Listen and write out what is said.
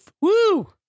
woo